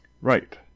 right